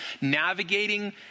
Navigating